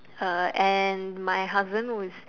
uh and my husband who's